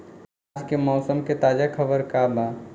आज के मौसम के ताजा खबर का बा?